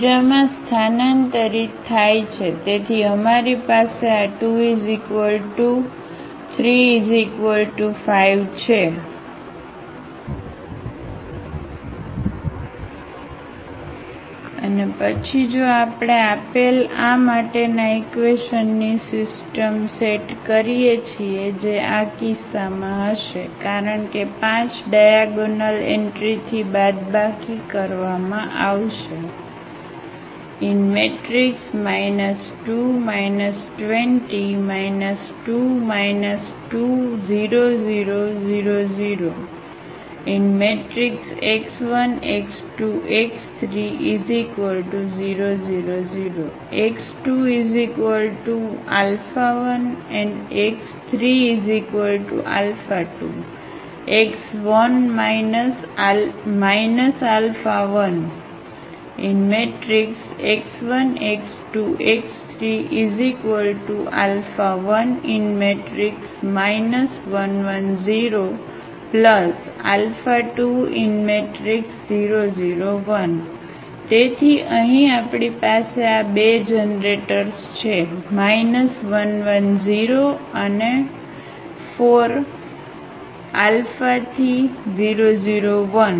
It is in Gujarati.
બીજામાં સ્થાનાંતરિત થાય છે તેથી અમારી પાસે આ 2 3 5 છે અને પછી જો આપણે આપેલ આ માટેના ઈક્વેશનની સિસ્ટમ સેટ કરીએ છીએ જે આ કિસ્સામાં હશે કારણ કે 5 ડાયાગોનલએન્ટ્રીથી બાદબાકી કરવામાં આવશે 2 2 0 2 2 0 0 0 0 x1 x2 x3 0 0 0 x21x32 x1 α1 x1 x2 x3 1 1 1 0 20 0 1 તેથી અહીં આપણી પાસે આ 2 જનરેટર્સ છે 1 1 0 અને 4 αથી 0 0 1